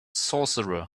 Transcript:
sorcerer